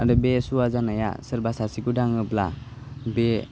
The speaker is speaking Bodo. आरो बे सुवा जानाया सोरबा सासेखौ दाङोब्ला बे